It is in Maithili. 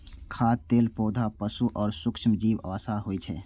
खाद्य तेल पौधा, पशु आ सूक्ष्मजीवक वसा होइ छै